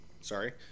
Sorry